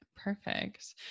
Perfect